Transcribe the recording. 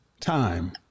time